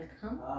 come